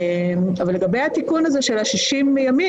לגבי התיקון הזה של ה-60 ימים,